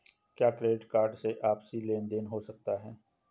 क्या credit card से आपसी लेनदेन हो सकता है?